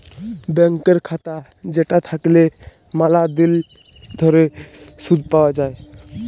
ব্যাংকের খাতা যেটা থাকল্যে ম্যালা দিল ধরে শুধ পাওয়া যায়